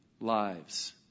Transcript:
lives